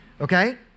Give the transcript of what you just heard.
okay